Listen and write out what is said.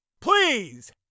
Please